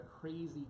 crazy